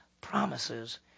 promises